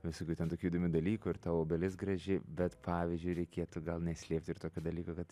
visokių ten tokių įdomių dalykų ir ta obelis graži bet pavyzdžiui reikėtų gal neslėpti ir tokio dalyko kad